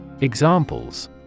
Examples